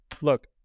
look